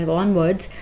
onwards